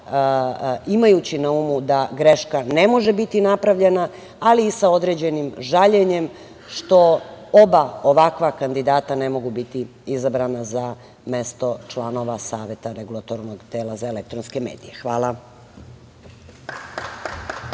imajući na umu da greška ne može biti napravljena, ali i sa određenim žaljenjem što oba ovakva kandidata ne mogu biti izabrana za mesto članova Saveta Regulatornog tela za elektronske medije. Hvala.